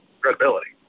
credibility